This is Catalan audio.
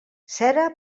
cera